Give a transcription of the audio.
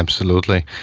absolutely,